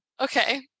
Okay